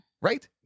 right